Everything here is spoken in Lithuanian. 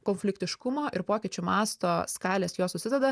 konfliktiškumo ir pokyčių masto skalės jos susideda